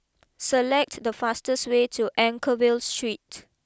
select the fastest way to Anchorvale Street